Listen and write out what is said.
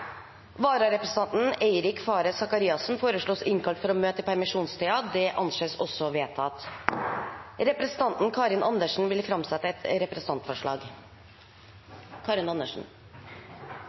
Vararepresentanten, Eirik Faret Sakariassen, innkalles for å møte i permisjonstiden. Representanten Karin Andersen vil framsette et representantforslag.